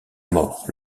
mort